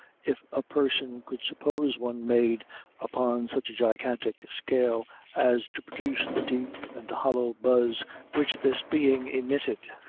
if a person could suppose one made upon such a gigantic scale as to produce the deep and hollow buzz which this being emitted.